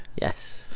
Yes